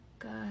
Good